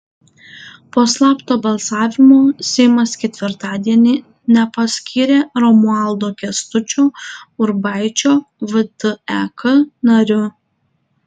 po slapto balsavimo seimas ketvirtadienį nepaskyrė romualdo kęstučio urbaičio vtek nariu